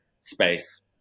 space